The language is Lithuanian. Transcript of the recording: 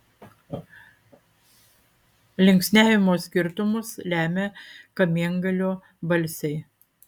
linksniavimo skirtumus lemia kamiengalio balsiai